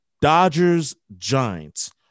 Dodgers-Giants